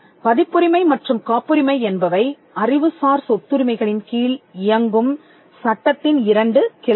பதிப்புரிமை மற்றும் காப்புரிமை என்பவை அறிவுசார் சொத்துரிமைகளின் கீழ் இயங்கும் சட்டத்தின் இரண்டு கிளைகள்